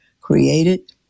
created